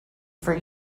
for